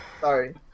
Sorry